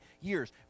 years